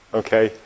okay